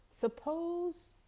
Suppose